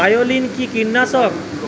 বায়োলিন কি কীটনাশক?